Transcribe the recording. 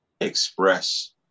express